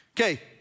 Okay